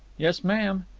yes, ma'am.